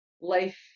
life